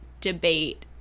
debate